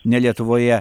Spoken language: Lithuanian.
ne lietuvoje